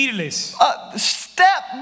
Step